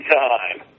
time